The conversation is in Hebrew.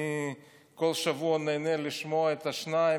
אני כל שבוע נהנה לשמוע את השניים,